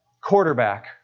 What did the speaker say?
quarterback